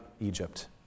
Egypt